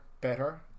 better